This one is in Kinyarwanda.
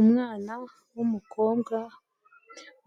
Umwana w'umukobwa